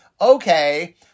okay